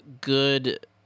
good